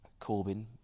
Corbyn